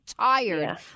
tired